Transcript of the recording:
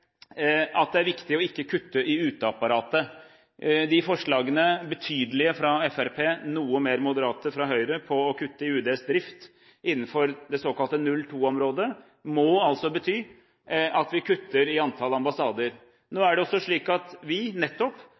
at det er viktig å ikke kutte i uteapparatet. Forslagene om å kutte i UDs drift, betydelige fra Fremskrittspartiet og noe mer moderate fra Høyre, innenfor det såkalte 02-området, må bety at vi kutter i antall ambassader. Nå er det også slik at vi nettopp